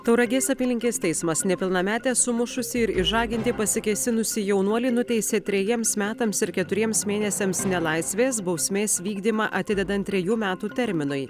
tauragės apylinkės teismas nepilnametę sumušusį ir išžaginti pasikėsinusį jaunuolį nuteisė trejiems metams ir keturiems mėnesiams nelaisvės bausmės vykdymą atidedant trejų metų terminui